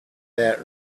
that